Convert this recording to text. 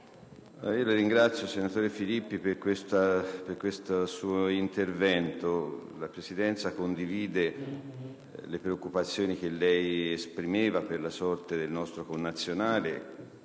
La ringrazio, senatore Filippi, per il suo intervento. La Presidenza condivide le preoccupazioni da lei espresse per la sorte del nostro connazionale.